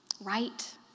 right